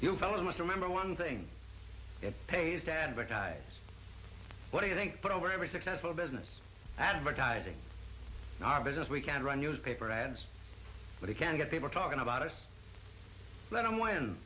you fellow must remember one thing it pays to advertise what do you think but over every successful business advertising in our business we can run newspaper ads but it can get people talking about it let them win